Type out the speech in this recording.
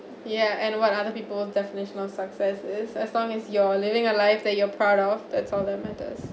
yeah and what other people's definition of success is as long as you're living a life that you're proud of that's all that matters